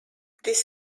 this